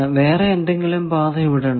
വേറെ ഏതെങ്കിലും പാത ഇവിടുണ്ടോ